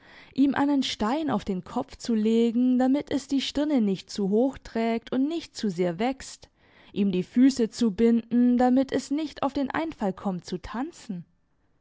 ihm einen stein auf den kopf zu legen damit es die stirne nicht zu hoch trägt und nicht zu sehr wächst ihm die füsse zu binden damit es nicht auf den einfall kommt zu tanzen